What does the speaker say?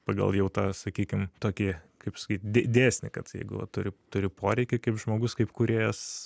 pagal jau tą sakykim tokį kaip sakyt dė dėsnį kad jeigu turi turi poreikį kaip žmogus kaip kūrėjas